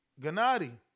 Gennady